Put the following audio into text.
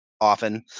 often